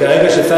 כרגע, שר